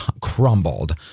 crumbled